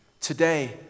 Today